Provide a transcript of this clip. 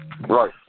Right